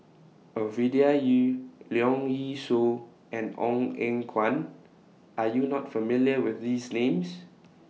Ovidia Yu Leong Yee Soo and Ong Eng Guan Are YOU not familiar with These Names